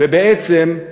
ובעצם,